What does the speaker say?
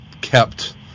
kept